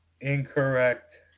incorrect